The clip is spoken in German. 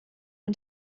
und